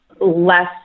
less